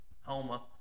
Homa